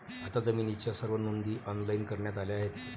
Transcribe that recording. आता जमिनीच्या सर्व नोंदी ऑनलाइन करण्यात आल्या आहेत